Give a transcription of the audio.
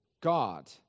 God